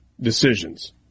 decisions